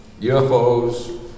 UFOs